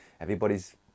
everybody's